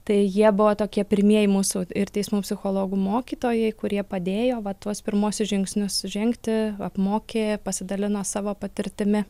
tai jie buvo tokie pirmieji mūsų ir teismų psichologų mokytojai kurie padėjo va tuos pirmuosius žingsnius žengti apmokė pasidalino savo patirtimi